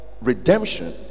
redemption